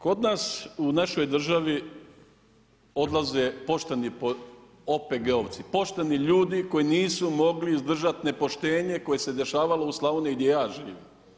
Kod nas u našoj državi odlazi pošteni OPG-ovci, pošteni ljudi koji nisu mogli izdržati nepoštenje koje se dešavalo u Slavoniji gdje ja živim.